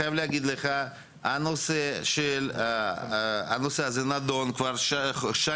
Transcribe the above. אני חייב להגיד לך שהנושא הזה נדון כבר שנים.